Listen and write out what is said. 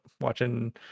watching